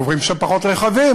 עוברים שם פחות רכבים